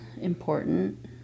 important